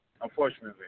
Unfortunately